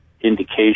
indication